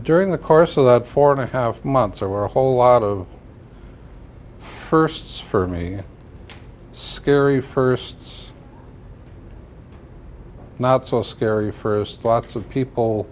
during the course of that four and a half months are a whole lot of firsts for me scary firsts not so scary first lots of people